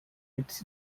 its